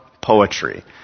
poetry